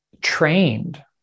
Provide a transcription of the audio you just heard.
trained